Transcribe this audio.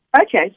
Okay